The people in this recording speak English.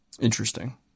interesting